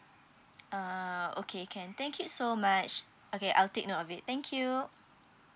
uh okay can thank you so much okay I'll take note of it thank you